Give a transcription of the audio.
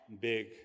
big